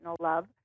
love